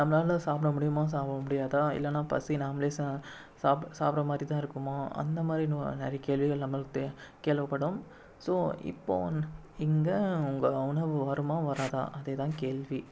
நம்மளால சாப்பிட முடியுமா சாப்பிட முடியாதா இல்லைனா பசி நாம்மளே சாப்பிட்ற மாதிரிதான் இருக்குமா அந்த மாதிரி நிறைய கேள்விகள் நம்மளது தேவைபடும் ஸோ இப்போது இங்கே உங்கள் உணவு வருமா வராதா அதேதான் கேள்வி